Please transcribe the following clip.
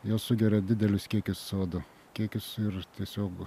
jos sugeria didelius kiekius c o du kiekius ir tiesiog